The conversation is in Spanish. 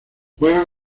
juega